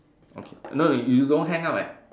okay no you don't hang up leh